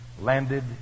landed